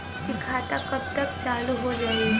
इ खाता कब तक चालू हो जाई?